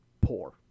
poor